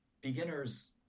beginners